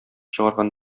чыгарган